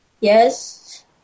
Yes